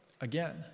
again